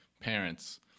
parents